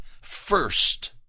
first